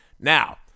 Now